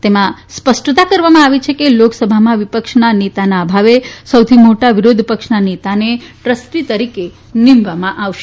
તેમાં સ્પષ્ટતા કરવામાં આવી છે કે લોકસભામાં વિપક્ષના નેતાના અભાવે સૌથી મોટા વિરોધ પક્ષના નેતાને ટ્રસ્ટી તરીકે નિમવામાં આવશે